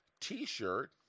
T-shirt